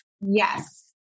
Yes